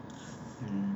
mm